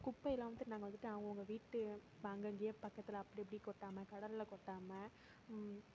குப்பையெல்லாம் வந்துவிட்டு நாங்கள் வந்துவிட்டு அவங்கங்க வீட்டு அங்கங்கேயே பக்கத்தில் அப்படி இப்படி கொட்டாமல் கடலில் கொட்டாமல்